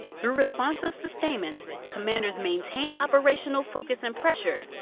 through responsive sustainment, commanders maintain operational focus and pressure,